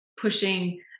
pushing